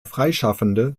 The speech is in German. freischaffende